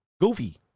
Goofy